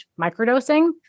microdosing